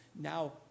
now